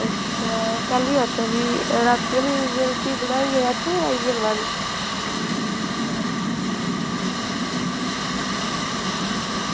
अच्छा कैल्लू जाचै फ्ही रातीं आह्ली रुट्टी बनाइयै जाचै जां आइयै बनानी